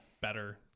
better